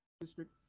district